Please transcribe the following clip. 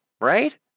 right